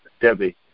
Debbie